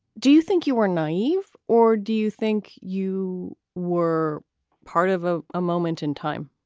do you think you were naive or do you think you were part of a moment in time?